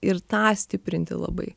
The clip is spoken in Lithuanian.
ir tą stiprinti labai